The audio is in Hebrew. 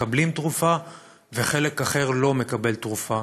מקבלים תרופה וחלק אחר לא מקבלים תרופה.